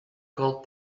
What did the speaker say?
cold